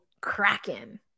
cracking